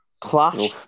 clash